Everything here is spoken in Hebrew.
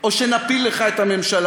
או שנפיל לך את הממשלה.